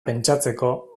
pentsatzeko